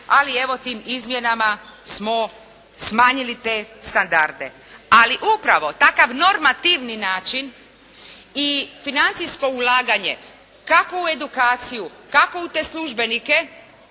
ali evo tim izmjenama smo smanjili te standarde. Ali upravo takav normativni način i financijsko ulaganje kako u edukaciju, kako u te službenike